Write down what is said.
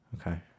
Okay